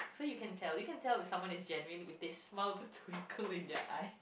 so you can tell you can tell if someone is genuine if they smile with a twinkle in their eye